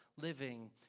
living